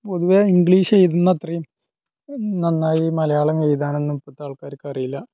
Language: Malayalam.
പൊതുവേ ഇങ്ക്ളീഷ് എഴുതുന്ന അത്രയും നാന്നായി മലയാളം എഴുതാനൊന്നും ഇപ്പോഴത്തെ ആള്ക്കാര്ക്ക് അറിയില്ല